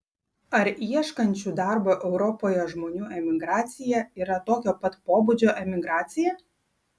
ar ieškančių darbo europoje žmonių emigracija yra tokio pat pobūdžio emigracija